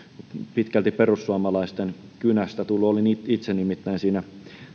pitkälti perussuomalaisten kynästä tullut olin silloin itse nimittäin siinä